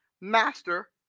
master